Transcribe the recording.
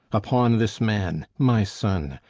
upon this man, my son,